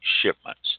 shipments